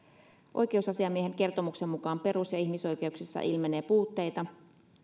oikeusasiamiehen kertomuksen mukaan perus ja ihmisoikeuksissa ilmenee puutteita